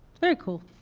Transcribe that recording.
very cool.